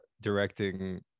directing